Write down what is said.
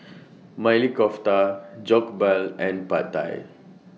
Maili Kofta Jokbal and Pad Thai